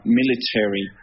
military